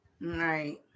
Right